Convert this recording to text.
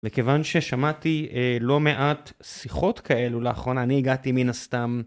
וכיוון ששמעתי לא מעט שיחות כאלו לאחרונה, אני הגעתי מן הסתם,